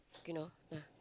you know ah